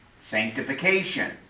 sanctification